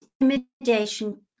intimidation